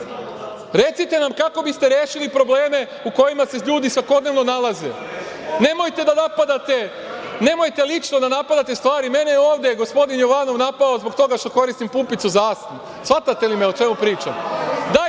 Recite nam, kako biste rešili probleme u kojima se ljudi svakodnevno nalaze? Nemojte da napadate. Nemojte lično da napadate stvari. Mene je ovde gospodin Jovanov napao zbog toga što koristim pumpicu za astmu. Shvatate li me o čemu pričam?